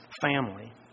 family